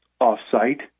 off-site